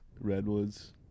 Redwoods